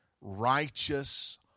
righteous